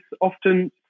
often